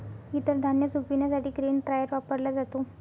इतर धान्य सुकविण्यासाठी ग्रेन ड्रायर वापरला जातो